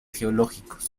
geológicos